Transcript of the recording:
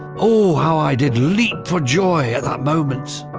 oh how i did leap for joy at that moment.